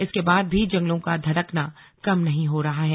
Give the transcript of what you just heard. इसके बाद भी जंगलों का धधकना कम नहीं हो रहा है